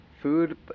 food